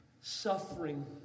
suffering